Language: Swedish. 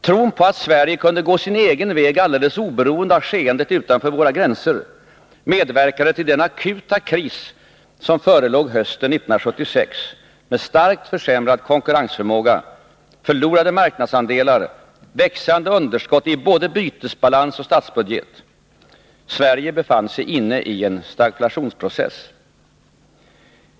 Tron på att Sverige kunde gå sin egen väg, alldeles oberoende av skeendet utanför våra gränser, medverkade till den akuta kris som förelåg hösten 1976 med starkt försämrad konkurrensförmåga, förlorade marknadsandelar, växande underskott i både bytesbalans och statsbudget. Sverige befann sig inne i en stagflationsprocess.